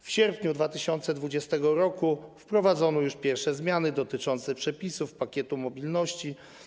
W sierpniu 2020 r. wprowadzono pierwsze zmiany dotyczące przepisów Pakietu Mobilności.